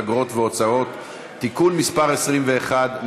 אגרות והוצאות (תיקון מס' 21),